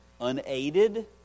unaided